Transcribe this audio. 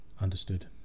Understood